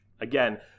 again